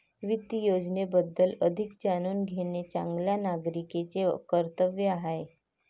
वित्त योजनेबद्दल अधिक जाणून घेणे चांगल्या नागरिकाचे कर्तव्य आहे